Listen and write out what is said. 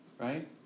right